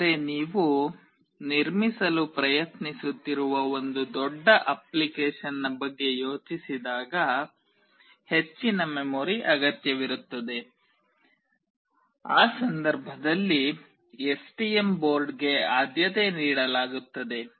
ಆದರೆ ನೀವು ನಿರ್ಮಿಸಲು ಪ್ರಯತ್ನಿಸುತ್ತಿರುವ ಒಂದು ದೊಡ್ಡ ಅಪ್ಲಿಕೇಶನ್ನ ಬಗ್ಗೆ ಯೋಚಿಸಿದಾಗ ಹೆಚ್ಚಿನ ಮೆಮೊರಿ ಅಗತ್ಯವಿರುತ್ತದೆ ಆ ಸಂದರ್ಭದಲ್ಲಿ ಎಸ್ಟಿಎಂ ಬೋರ್ಡ್ಗೆ ಆದ್ಯತೆ ನೀಡಲಾಗುತ್ತದೆ